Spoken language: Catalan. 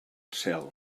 cel